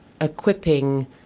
equipping